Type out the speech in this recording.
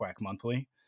monthly